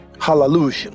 Hallelujah